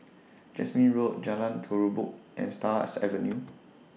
Jasmine Road Jalan Terubok and Stars Avenue